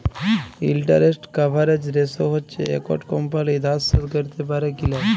interest coverage ratio হচ্যে একট company ধার শোধ ক্যরতে প্যারে কি লায়